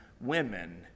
women